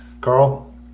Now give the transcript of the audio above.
Carl